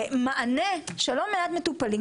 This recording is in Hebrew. המענה של לא מעט מטופלים,